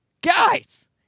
Guys